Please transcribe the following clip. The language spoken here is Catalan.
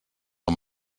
amb